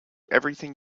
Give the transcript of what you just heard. everything